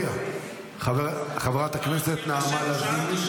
חברת הכנסת נעמה לזימי,